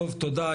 טוב תודה.